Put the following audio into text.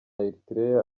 eritrea